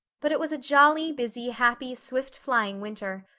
but it was a jolly, busy, happy swift-flying winter.